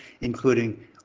including